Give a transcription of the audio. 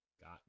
Got